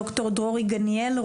ד"ר דרורי גניאל,